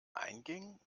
einging